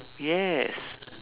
yes